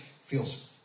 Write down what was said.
feels